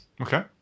Okay